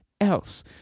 else